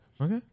Okay